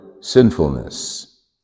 sinfulness